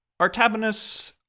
Artabanus